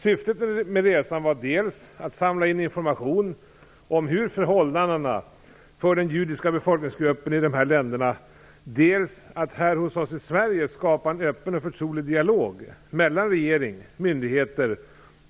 Syftet med resan var dels att samla in information om hur förhållandena är för den judiska befolkningsgruppen i de här länderna, dels att här hos oss i Sverige skapa en öppen och förtrolig dialog mellan regering, myndigheter